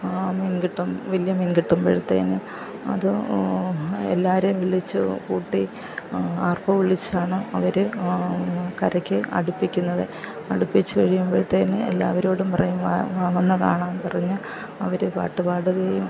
ആ മീൻ കിട്ടും വലിയ മീൻ കിട്ടുമ്പോഴത്തേക്ക് അത് എല്ലാവരേയും വിളിച്ച് കൂട്ടി ആർപ്പോ വിളിച്ചാണ് അവർ കരയ്ക്ക് അടുപ്പിക്കുന്നത് അടുപ്പിച്ച് കഴിയുമ്പഴത്തേക്കും എല്ലാവരോടും പറയും വന്നു കാണാൻ പറയും അവർ പാട്ടുപാടുകയും